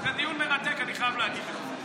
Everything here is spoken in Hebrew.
זה דיון מרתק, אני חייב להגיד לך.